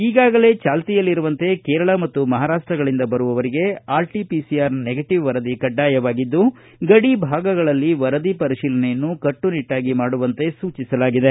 ಈಗಾಗಲೇ ಜಾಲ್ತಿಯಲ್ಲಿರುವಂತೆ ಕೇರಳ ಮತ್ತು ಮಹಾರಾಷ್ಷಗಳಿಂದ ಬರುವವರಿಗೆ ಆರ್ಟಿಪಿಸಿಆರ್ ನೆಗೆಟಿವ್ ವರದಿ ಕಡ್ಡಾಯವಾಗಿದ್ದು ಗಡಿ ಭಾಗಗಳಲ್ಲಿ ವರದಿ ಪರಿಶೀಲನೆಯನ್ನು ಕಟ್ಟು ನಿಟ್ನಾಗಿ ಮಾಡುವಂತೆ ಸೂಚಿಸಲಾಗಿದೆ